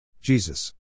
Jesus